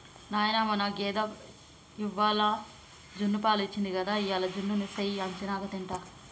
నాయనా మన గేదె ఇవ్వాల జున్నుపాలు ఇచ్చింది గదా ఇయ్యాల జున్ను సెయ్యి అచ్చినంక తింటా